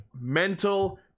mental